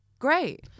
Great